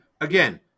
again